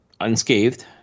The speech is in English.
unscathed